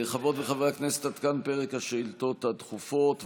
חברות וחברי הכנסת, עד כאן פרק השאילתות הדחופות.